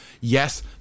Yes